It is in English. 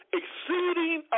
exceeding